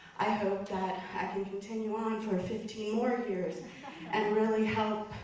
i hope that i can continue on for fifteen more years and really help